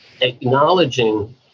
acknowledging